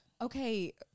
Okay